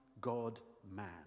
God-man